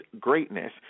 greatness